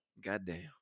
Goddamn